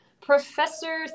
Professor